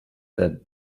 that